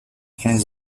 his